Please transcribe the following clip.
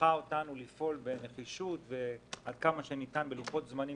הנחה אותנו לפעול בנחישות ובלוחות זמנים